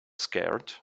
scared